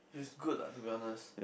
feels good lah to be honest